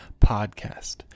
Podcast